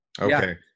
Okay